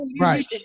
right